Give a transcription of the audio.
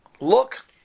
look